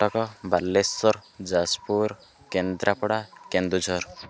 Cuttack Balasore Jajpur Kendrapara Keonjhar